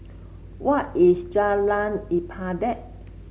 where is Jalan Ibadat